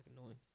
annoying